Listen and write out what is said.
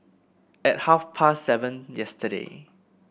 at half past seven yesterday